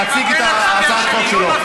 להציג את הצעת החוק שלו.